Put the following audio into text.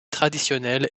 traditionnelles